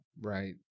Right